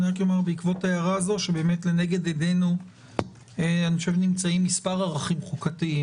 אני רק אומר שבעקבות ההערה הזאת לנגד עינינו נמצאים כמה ערכים חוקתיים.